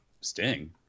Sting